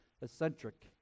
eccentric